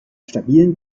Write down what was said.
stabilen